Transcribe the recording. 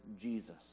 jesus